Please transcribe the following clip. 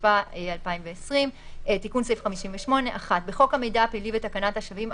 התשפ"א 2020. תיקון סעיף 58 1. בחוק המידע הפלילי ותקנת השבים,